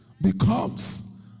becomes